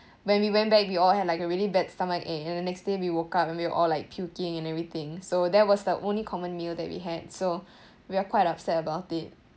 when we went back we all had like a really bad stomachache and the next day we woke up and we were all like puking and everything so that was the only common meal that we had so we are quite upset about it